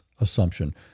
assumption